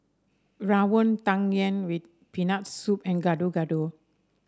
rawon Tang Yuen with Peanut Soup and Gado Gado